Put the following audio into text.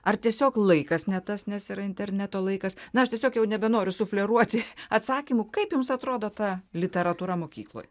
ar tiesiog laikas ne tas nes yra interneto laikas na aš tiesiog jau nebenoriu sufleruoti atsakymų kaip jums atrodo ta literatūra mokykloj